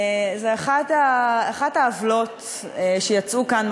הוא אחת העוולות שיצאו מכאן,